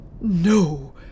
no